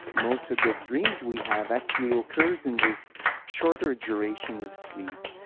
most of the dreams we have actually occur in this shorter duration of sleep.